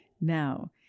Now